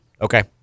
Okay